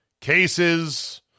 cases